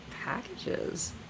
packages